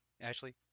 ashley